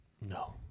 No